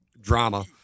drama